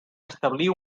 establir